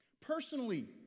Personally